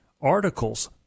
articles